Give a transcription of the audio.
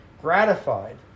Gratified